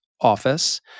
office